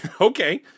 okay